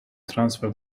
transfer